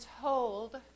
told